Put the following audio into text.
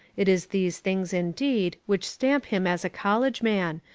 it is these things indeed which stamp him as a college man,